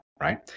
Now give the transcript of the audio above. right